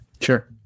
Sure